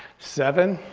seven,